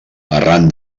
arran